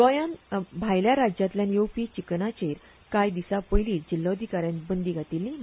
गोंयात भायल्या राज्यातल्यान येवपी चिकनाचेंकर कांय दिसा पयलीच जिल्होधिकार्यान बंदी घाल्टी